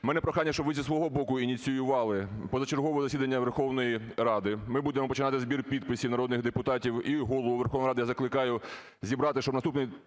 У мене прохання, щоб ви зі свого боку ініціювали позачергове засідання Верховної Ради. Ми будемо починати збір підписів народних депутатів. І Голову Верховної Ради я закликаю зібрати, щоб наступний